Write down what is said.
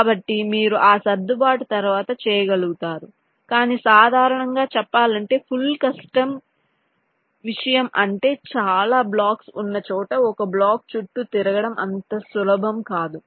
కాబట్టి మీరు ఆ సర్దుబాటు తరువాత చేయగలుగుతారు కాని సాధారణంగా చెప్పాలంటే ఫుల్ కస్టమ్ విషయం అంటే చాలా బ్లాక్స్ ఉన్న చోట ఒక బ్లాక్ చుట్టూ తిరగడం అంత సులభం కాదు